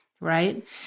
right